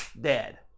dead